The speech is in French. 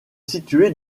située